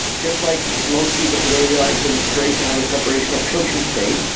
just like most people today realize that it's great to have a separation of church and state.